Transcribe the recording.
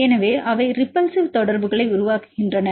எனவே அவை ரீபல்ஸிவ் தொடர்புகளை உருவாக்குகின்றன